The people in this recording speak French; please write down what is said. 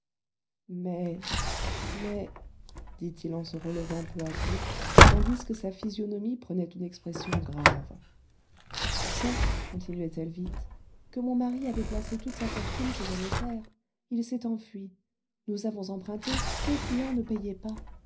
mais mais dit-il en se relevant peu à peu tandis que sa physionomie prenait une expression grave tu sais continuait elle vite que mon mari avait placé toute sa fortune chez un notaire il s'est enfui nous avons emprunté les clients ne payaient pas